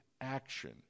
action